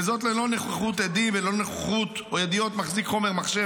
וזאת ללא נוכחות עדים וללא נוכחות או ידיעות מחזיק חומר מחשב,